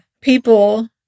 people